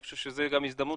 אני חושב שזו הזדמנות